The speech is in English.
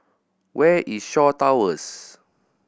where is Shaw Towers